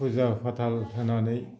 फुजा फाथाल होनानै